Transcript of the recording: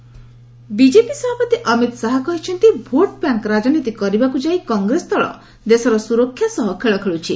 Amit Shah rally BJP ସଭାପତି ଅମିତ ଶାହା କହିଛନ୍ତି vote bank ରାଜନୀତି କରିବାକୁ ଯାଇ କଂଗ୍ରେସ ଦଳ ଦେଶର ସ୍ୱରକ୍ଷା ସହ ଖେଳ ଖେଳ୍ଛି